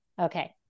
Okay